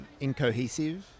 incohesive